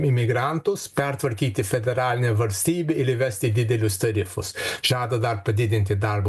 imigrantus pertvarkyti federalinę valstybę ir įvesti didelius tarifus žada dar padidinti darbo